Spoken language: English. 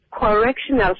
correctional